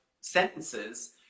sentences